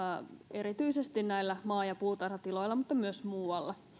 erityisesti näillä maa ja puutarhatiloilla mutta myös muualla